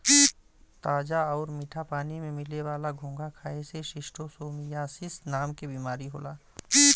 ताजा आउर मीठा पानी में मिले वाला घोंघा खाए से शिस्टोसोमियासिस नाम के बीमारी होला